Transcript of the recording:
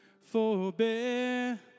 forbear